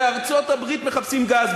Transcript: בארצות-הברית מחפשים גז,